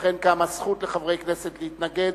לכן קמה הזכות לחברי כנסת להתנגד.